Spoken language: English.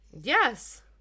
Yes